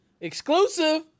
exclusive